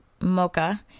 mocha